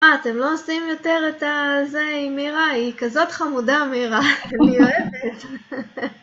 אה, אתם לא עושים יותר את הזה עם מירה? היא כזאת חמודה, מירה. אני אוהבת.